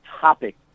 topic